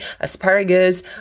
asparagus